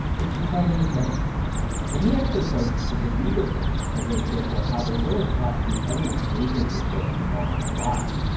it's the chinese government and he actually points to the lieber case as an example of how they're willing to prosecute anyone they think has broken the law by lying.